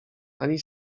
ani